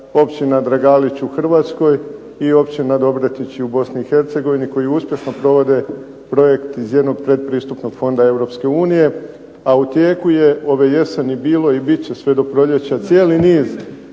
općina Dragalić u Hrvatskoj i općina Dobretići u Bosni i Hercegovini koji uspješno provode projekt iz jednog predpristupnog fonda Europske unije, a u tijeku je ove jeseni bilo i bit će sve do proljeća cijeli niz